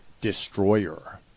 Destroyer